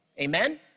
Amen